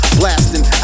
blasting